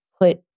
put